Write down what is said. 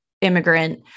immigrant